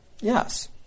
Yes